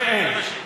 ואין.